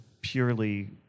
purely